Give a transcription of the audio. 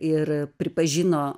ir pripažino